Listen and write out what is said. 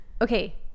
okay